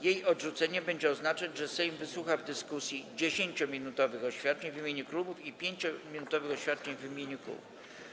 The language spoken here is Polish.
Jej odrzucenie będzie oznaczać, że Sejm wysłucha w dyskusji 10-minutowych oświadczeń w imieniu klubów i 5-minutowych oświadczeń w imieniu kół.